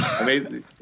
Amazing